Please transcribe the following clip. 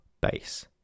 base